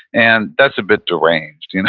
and that's a bit deranged. you know